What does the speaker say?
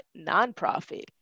nonprofit